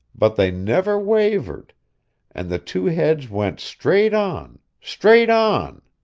but they never wavered and the two heads went straight on, straight on,